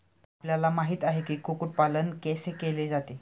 आपल्याला माहित आहे की, कुक्कुट पालन कैसे केले जाते?